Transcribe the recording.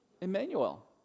Emmanuel